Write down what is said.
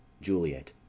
Juliet